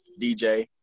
DJ